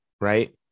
right